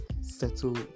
settle